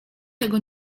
tego